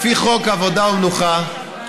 לפי חוק עבודה ומנוחה,